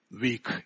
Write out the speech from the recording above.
weak